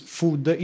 food